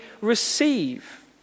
receive